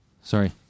Sorry